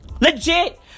Legit